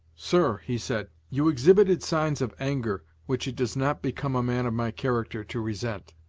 sir, he said, you exhibited signs of anger which it does not become a man of my character to resent.